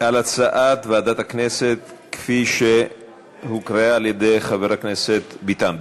על הצעת ועדת הכנסת כפי שהקריא חבר הכנסת ביטן.